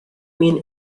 mean